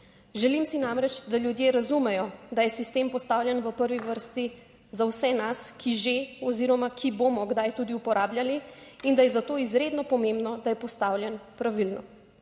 Želim si namreč, da ljudje razumejo, da je sistem postavljen v prvi vrsti za vse nas, ki že oziroma, ki bomo kdaj tudi uporabljali in da je za to izredno pomembno, da je postavljen pravilno.